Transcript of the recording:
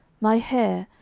my hair,